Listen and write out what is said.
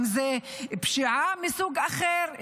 אם זה פשיעה מסוג אחר,